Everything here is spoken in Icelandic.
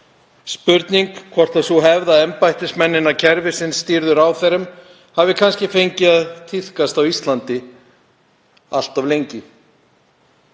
spurning hvort sú hefð að embættismenn innan kerfisins stýrðu ráðherrum hafi kannski fengið að tíðkast á Íslandi allt of lengi.